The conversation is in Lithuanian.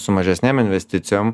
su mažesnėm investicijom